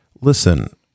listen